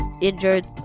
injured